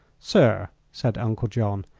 sir, said uncle john,